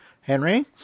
Henry